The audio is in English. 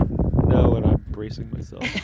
no. and i'm bracing myself.